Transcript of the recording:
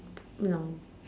no